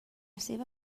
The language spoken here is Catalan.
seva